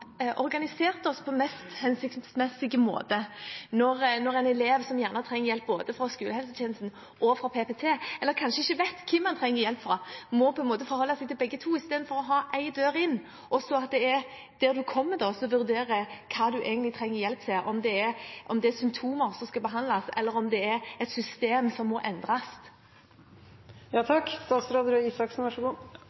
organisert oss på en mest mulig hensiktsmessig måte, når en elev som trenger hjelp fra både skolehelsetjenesten og PPT – eller kanskje ikke vet hvem man trenger hjelp fra – må forholde seg til begge to, istedenfor at det er én dør inn, og at det så er den som er der man kommer, som vurderer hva man egentlig trenger hjelp til, om det er symptomer som skal behandles, eller om det er et system som må endres.